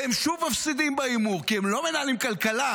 והם שוב מפסידים בהימור, כי הם לא מנהלים כלכלה,